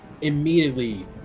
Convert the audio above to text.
immediately